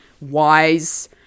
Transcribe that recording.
wise